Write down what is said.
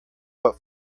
but